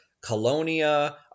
Colonia